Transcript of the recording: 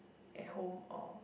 at home or